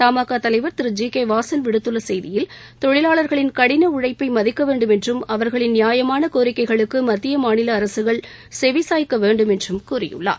தமாகா தலைவர் திரு G K Vasan விடுத்துள்ள செய்தியில் தொழிலாளர்களின் கடின உழைப்பை மதிக்க வேண்டும் என்றும் அவர்களின் நியாயமான கோரிக்கைகளுக்கு மத்திய மாநில அரசுகள் செவிசாய்க்க வேண்டும் என்று கூறியுள்ளார்